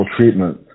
treatment